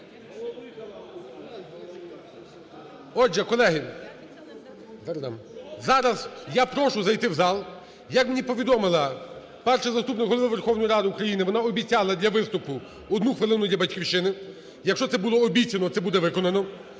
Отже, колеги, зараз я прошу зайти в зал. Як мені повідомила Перший заступник Голови Верховної Ради України, вона обіцяла для виступу одну хвилину для "Батьківщини". Якщо це було обіцяно, це буде виконано.